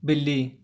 ਬਿੱਲੀ